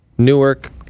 Newark